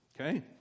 Okay